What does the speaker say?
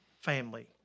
family